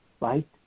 right